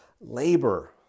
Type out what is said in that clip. Labor